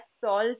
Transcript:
salt